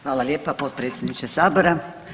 Hvala lijepa potpredsjedniče sabora.